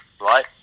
right